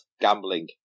Gambling